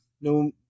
No